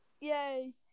Yay